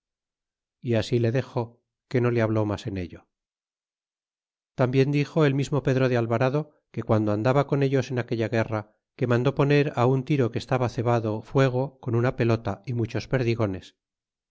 y así le dex que no le habló mas en ello tambien dixo el mismo pedro de alvarado que guando andaba con ellos en aquella guerra que mandó poner un tiro que estaba cevado fuego con una pelota y muchos perdigones